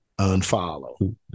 Unfollow